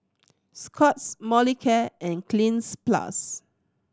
Scott's Molicare and Cleanz Plus